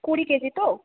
কুড়ি K G তো